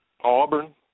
Auburn